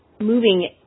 moving